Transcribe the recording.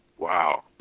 wow